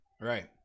right